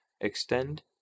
Extend